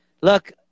look